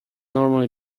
normally